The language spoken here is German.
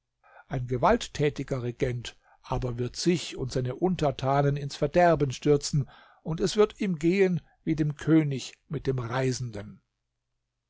ein gewalttätiger regent aber wird sich und seine untertanen ins verderben stürzen und es wird ihm gehen wie dem könig mit dem reisenden